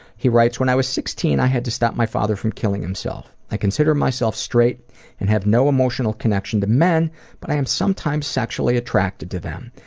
he writes when i was sixteen i had to stop my father from killing himself. i consider myself straight and have no emotional connection to men but i am sometimes sexually attracted to them.